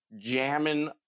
jamming